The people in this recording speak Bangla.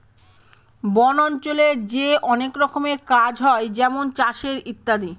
বন অঞ্চলে যে অনেক রকমের কাজ হয় যেমন চাষের ইত্যাদি